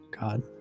god